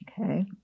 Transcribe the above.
Okay